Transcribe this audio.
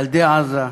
ילדי עזה,